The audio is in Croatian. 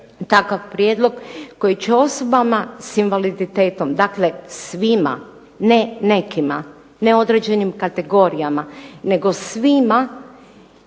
takav, prijedlog koji će osobama s invaliditetom, dakle svima ne nekima, ne određenim kategorijama, nego svima